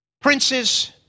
princes